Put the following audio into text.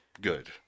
good